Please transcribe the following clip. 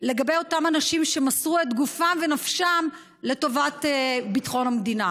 לגבי אותם אנשים שמסרו את גופם ונפשם לטובת ביטחון המדינה.